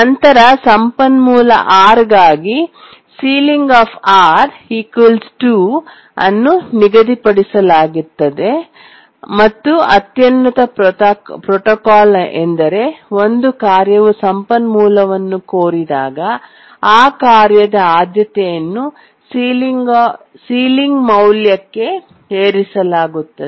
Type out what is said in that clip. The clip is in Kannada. ನಂತರ ಸಂಪನ್ಮೂಲ R ಗಾಗಿ ಸೀಲಿಂಗ್ 2 ಅನ್ನು ನಿಗದಿಪಡಿಸಲಾಗಿದೆ ಮತ್ತು ಅತ್ಯುನ್ನತ ಪ್ರೋಟೋಕಾಲ್ ಎಂದರೆ ಒಂದು ಕಾರ್ಯವು ಸಂಪನ್ಮೂಲವನ್ನು ಕೋರಿದಾಗ ಆ ಕಾರ್ಯದ ಆದ್ಯತೆಯನ್ನು ಸೀಲಿಂಗ್ ಮೌಲ್ಯಕ್ಕೆ ಏರಿಸಲಾಗುತ್ತದೆ